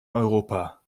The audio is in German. europa